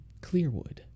clearwood